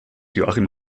joachim